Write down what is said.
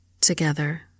Together